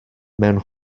mewn